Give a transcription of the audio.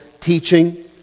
teaching